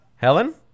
Helen